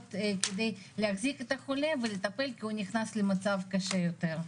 גבוהות כדי להחזיק את החולה ולטפל כי הוא נכנס למצב קשה יותר.